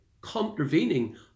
contravening